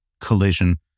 collision